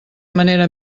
manera